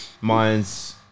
Mine's